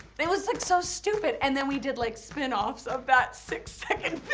it was like so stupid. and then we did like spin-offs of that six second